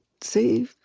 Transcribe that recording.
See